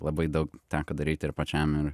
labai daug teko daryt ir pačiam ir